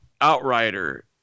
outrider